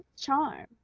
charm